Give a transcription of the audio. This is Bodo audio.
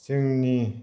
जोंनि